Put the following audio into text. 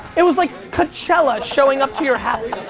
it was like coachella showing up to your house.